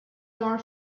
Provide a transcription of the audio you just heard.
nor